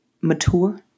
mature